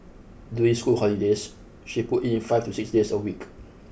during school holidays she put in five to six days a week